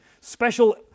special